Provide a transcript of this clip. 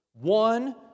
one